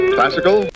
Classical